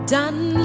Done